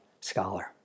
scholar